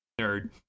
nerd